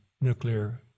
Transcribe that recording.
nuclear